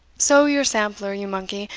sew your sampler, you monkey,